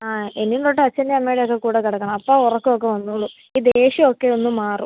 ആ ഇനി തൊട്ട് അച്ഛൻ്റെ അമ്മേടെ ഒക്കെ കൂടെ കിടക്കണം അപ്പോൾ ഉറക്കം ഒക്കെ വന്നുകൊള്ളും ഈ ദേഷ്യം ഒക്കെ ഒന്ന് മാറും